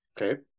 Okay